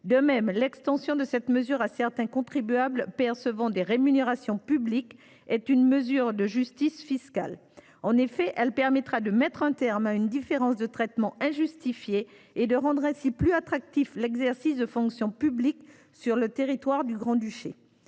De même, l’extension de la mesure à certains contribuables percevant des rémunérations publiques est une mesure de justice fiscale. En effet, elle permettra de mettre un terme à une différence de traitement injustifiée et de rendre ainsi plus attractif l’exercice de fonctions publiques sur le territoire du Grand Duché.